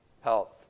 health